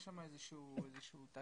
גם הסגן שלך היה מספק אותי פה,